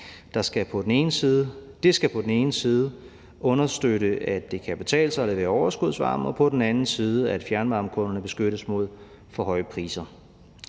Det skal på den ene side understøtte, at det kan betale sig at levere overskudsvarme, og på den anden side, at fjernvarmekunderne beskyttes mod for høje priser.